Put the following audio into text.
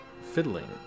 fiddling